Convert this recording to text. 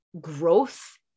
growth